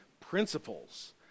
principles